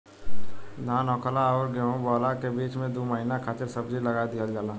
धान होखला अउरी गेंहू बोअला के बीच में दू महिना खातिर सब्जी लगा दिहल जाला